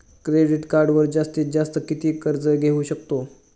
Credit कार्डवर जास्तीत जास्त किती कर्ज घेऊ शकतो?